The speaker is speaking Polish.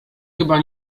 chyba